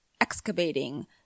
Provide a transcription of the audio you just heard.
excavating